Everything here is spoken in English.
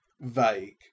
vague